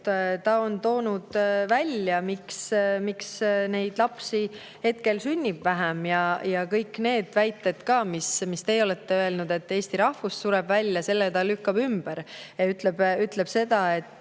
ta on toonud välja, miks lapsi praegu sünnib vähem. Kõik need väited, mis teie olete öelnud, et Eesti rahvas sureb välja – need ta lükkab ümber. Ta ütleb seda, et